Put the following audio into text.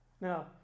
Now